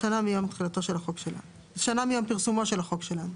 שנה מיום פרסומו של החוק שלנו.